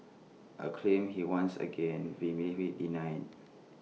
A claim he once again vehemently denied